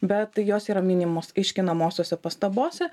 bet jos yra minimos aiškinamosiose pastabose